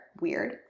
weird